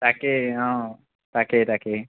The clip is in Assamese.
তাকেই অ তাকেই তাকেই